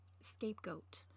scapegoat